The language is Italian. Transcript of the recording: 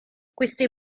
queste